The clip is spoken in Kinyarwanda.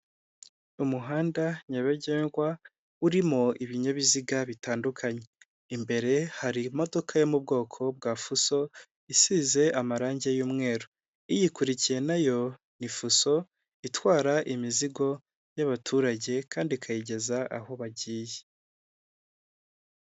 Umuhanda nyabagendwa urimo ibinyabiziga bitandukanye, imbere hari imodoka yo mu bwoko bwa fuso isize amarangi y'umweru, iyikurikiye nayo ni ifuso itwara imizigo y'abaturage kandi ikayigeza aho bagiye.